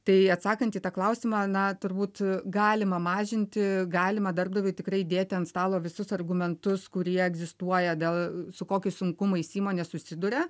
tai atsakant į tą klausimą na turbūt galima mažinti galima darbdaviui tikrai dėti ant stalo visus argumentus kurie egzistuoja dėl su kokiais sunkumais įmonė susiduria